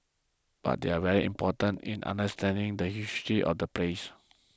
but they are very important in understanding the history of the place